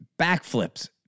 backflips